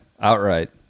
outright